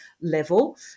level